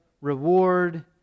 reward